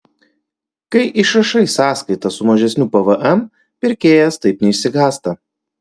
kai išrašai sąskaitą su mažesniu pvm pirkėjas taip neišsigąsta